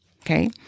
okay